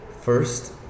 First